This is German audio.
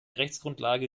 rechtsgrundlage